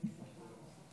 חבריי חברי הכנסת,